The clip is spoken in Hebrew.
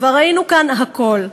כבר ראינו כאן הכול.